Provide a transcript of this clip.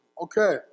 Okay